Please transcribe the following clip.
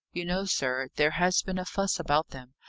you know, sir, there has been a fuss about them,